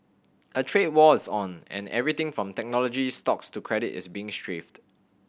a trade war's on and everything from technology stocks to credit is being strafed